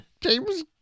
James